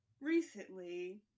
recently